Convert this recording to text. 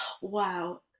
wow